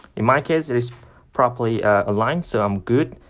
in my case it is properly aligned, so i'm good,